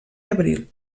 abril